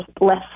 less